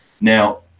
Now